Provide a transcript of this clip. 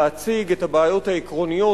להציג את הבעיות העקרוניות,